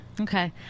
Okay